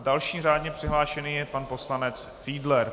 Další řádně přihlášený je pan poslanec Fiedler.